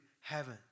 heaven